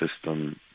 system